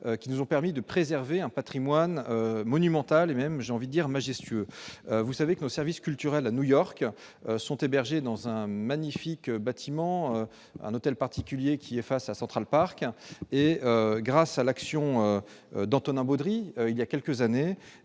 qui nous ont permis de préserver un patrimoine monumental, je dirai même majestueux. Vous le savez, nos services culturels à New York sont hébergés dans un magnifique bâtiment, un hôtel particulier qui se trouve en face de Central Park. Grâce à l'action d'Antonin Baudry il y a quelques années,